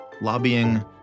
lobbying